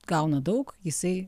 gauna daug jisai